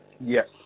Yes